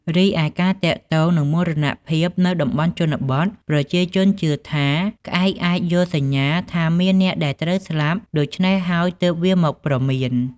រីឯការទាក់ទងនឹងមរណភាពនៅតំបន់ជនបទ ប្រជាជនជឿថា ក្អែកអាចយល់សញ្ញាថាមានអ្នកដែលត្រូវស្លាប់ ដូច្នេះហើយទើបវាមកព្រមាន។